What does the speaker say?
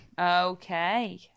Okay